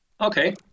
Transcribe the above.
okay